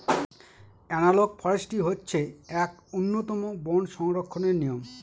analogue forestry হচ্ছে এক উন্নতম বন সংরক্ষণের নিয়ম